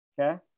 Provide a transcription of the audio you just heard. okay